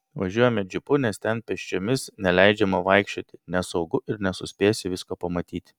važiuojame džipu nes ten pėsčiomis neleidžiama vaikščioti nesaugu ir nesuspėsi visko pamatyti